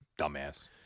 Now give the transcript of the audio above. Dumbass